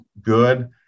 good